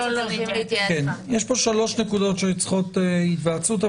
יש פה שלוש נקודות שצריכות היוועצות.